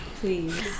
Please